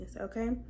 okay